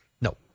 No